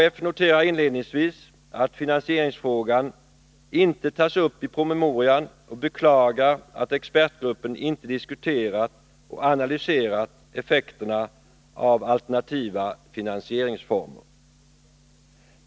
KF noterar inledningsvis att finansieringsfrågorna inte tas upp i promemorian och beklagar att expertgruppen inte diskuterat och analyserat effekterna av alternativa finansieringsformer.